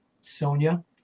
Sonia